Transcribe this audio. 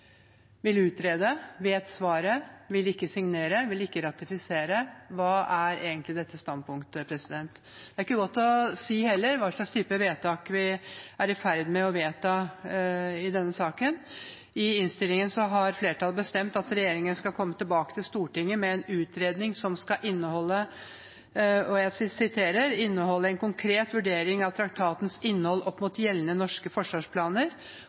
Vil utrede, vet svaret, vil ikke signere, vil ikke ratifisere – hva er egentlig dette standpunktet? Det er heller ikke godt å si hva slags type vedtak vi er i ferd med å fatte i denne saken. I innstillingen har flertallet bestemt at regjeringen skal komme tilbake til Stortinget med en utredning som skal «inneholde en konkret vurdering av traktatens innhold opp mot gjeldende norske forsvarsplaner